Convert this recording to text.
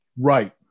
Right